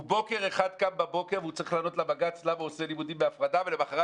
בוקר אחד הוא צריך לענות לבג"ץ למה הוא עושה לימודים בהפרדה ולמחרת